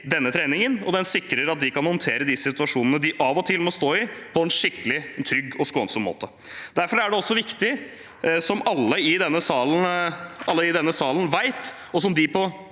denne treningen. Den sikrer at de kan håndtere de situasjonene de av og til må stå i, på en skikkelig, trygg og skånsom måte. Derfor er det også viktig – som alle i denne salen vet, og som de på